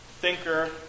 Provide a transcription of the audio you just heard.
thinker